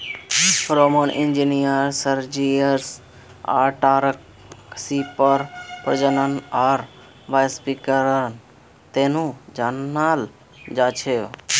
Roman engineer Sergius ओराटाक सीपेर प्रजनन आर व्यावसायीकरनेर तने जनाल जा छे